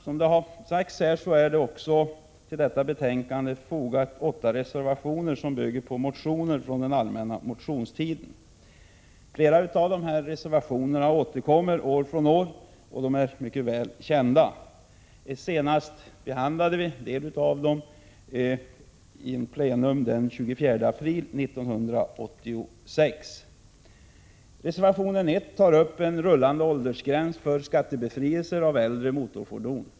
Som det har sagts har det till betänkandet fogats åtta reservationer som bygger på motioner från den allmänna motionstiden. Flera av reservationerna återkommer år från år och är mycket väl kända. Senast behandlade vi en av dem vid ett plenum den 24 april 1986. I reservation 1 framförs förslag om en rullande åldersgräns för skattebefrielse för äldre motorfordon.